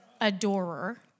adorer